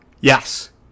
Yes